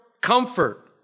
comfort